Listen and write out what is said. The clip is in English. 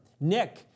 Nick